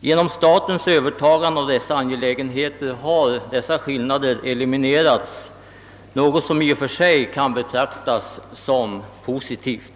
Genom statens övertagande av dessa angelägenheter har denna skillnad eliminerats, något som i och för sig kan betraktas som positivt.